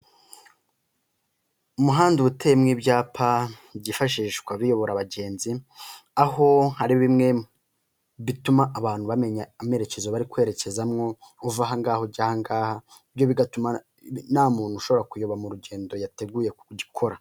Umuhanda ubuteyemo ibyapa byifashishwa biyobora abagenzi aho ari bimwe bituma abantu bamenya amerekezo bari kwerekezamwo uva ahangaha ujya ahangaha ibyo bigatuma nta muntu ushobora kuyoba mu rugendo yateguyekora.